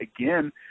again